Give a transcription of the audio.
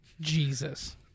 jesus